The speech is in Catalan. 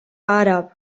àrab